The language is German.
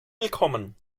willkommen